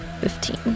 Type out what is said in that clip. Fifteen